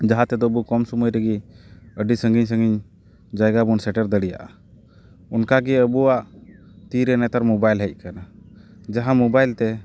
ᱡᱟᱦᱟᱸ ᱛᱮᱫᱚ ᱟᱵᱚ ᱠᱚᱢ ᱥᱩᱢᱟᱹᱭ ᱨᱮ ᱟᱰᱤ ᱥᱟᱺᱜᱤᱧ ᱥᱟᱺᱜᱤᱧ ᱡᱟᱭᱜᱟ ᱵᱚᱱ ᱥᱮᱴᱮᱨ ᱫᱟᱲᱮᱭᱟᱜᱼᱟ ᱚᱱᱠᱟᱜᱮ ᱟᱵᱚᱣᱟᱜ ᱛᱤᱨᱮ ᱱᱮᱛᱟᱨ ᱢᱳᱵᱟᱭᱤᱞ ᱦᱮᱡ ᱠᱟᱱᱟ ᱡᱟᱦᱟᱸ ᱢᱳᱵᱟᱭᱤᱞ ᱛᱮ